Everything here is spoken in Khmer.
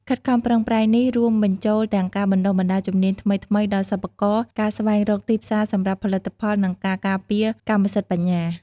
ខិតខំប្រឹងប្រែងនេះរួមបញ្ចូលទាំងការបណ្ដុះបណ្ដាលជំនាញថ្មីៗដល់សិប្បករ ការស្វែងរកទីផ្សារសម្រាប់ផលិតផល និងការការពារកម្មសិទ្ធិបញ្ញា។